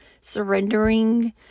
surrendering